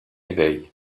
éveil